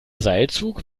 seilzug